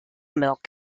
milk